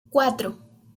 cuatro